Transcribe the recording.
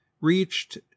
reached